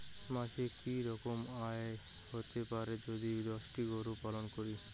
মাসিক কি রকম আয় হতে পারে যদি দশটি গরু পালন করি?